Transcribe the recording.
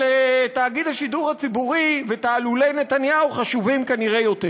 אבל תאגיד השידור הציבורי ותעלולי נתניהו חשובים כנראה יותר.